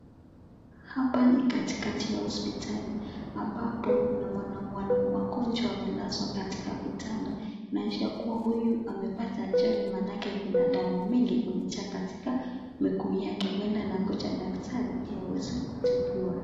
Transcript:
Hapa ni katikati ya hospitali ,ambapo kuna wana wagonjwa wamelazwa katika kitanda inaonyesha kuwa huyu amepata ajali maanake kuna damu mingi imejaa katika miguu yake .Huenda anagonja daktari ili aweze kutibiwa.